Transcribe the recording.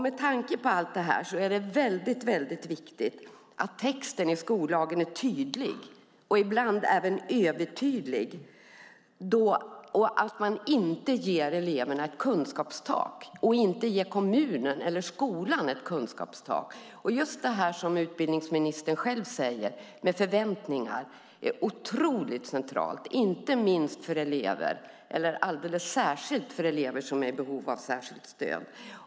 Med tanke på allt detta är det väldigt viktigt att texten i skollagen är tydlig, ibland även övertydlig, och att man inte ger eleverna kunskapstak - och inte heller kommunerna eller skolan. Det som utbildningsministern själv tar upp om förväntningar är också otroligt centralt, alldeles särskilt för elever som är i behov av särskilt stöd.